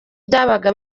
byabaga